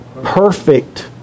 perfect